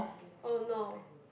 oh no